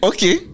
Okay